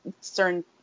certain